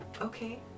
okay